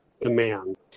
demand